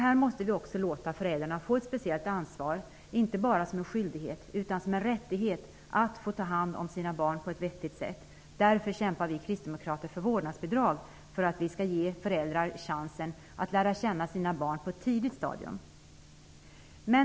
Här måste vi låta också föräldrarna få ett speciellt ansvar -- inte bara som en skyldighet utan också som en rätt att få ta hand om sina barn på ett vettigt sätt. Vi kristdemokrater kämpar för vårdnadsbidrag för att därmed ge föräldrarna en chans att lära känna sina barn på ett tidigt stadium.